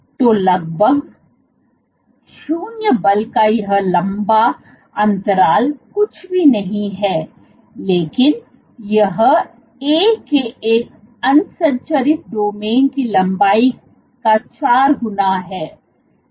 तो लगभग 0 बल का यह लंबा अंतराल कुछ भी नहीं है लेकिन यह A के एक असंरचित डोमेन की लंबाई का 4 गुना है